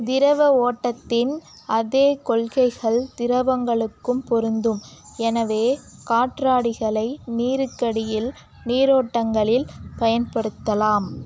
திரவ ஓட்டத்தின் அதே கொள்கைகள் திரவங்களுக்கும் பொருந்தும் எனவே காற்றாடிகளை நீருக்கடியில் நீரோட்டங்களில் பயன்படுத்தலாம்